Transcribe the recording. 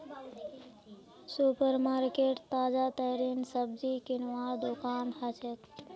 super market ताजातरीन सब्जी किनवार दुकान हछेक